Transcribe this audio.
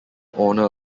honor